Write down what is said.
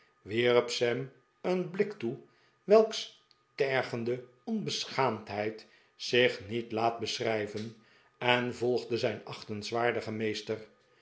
wierp sam een blik toe welks tergende onbeschaamdheid zich niet laat beschrijven en volgde zijn achtenswaardigen meester